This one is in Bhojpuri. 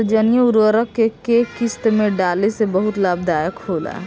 नेत्रजनीय उर्वरक के केय किस्त में डाले से बहुत लाभदायक होला?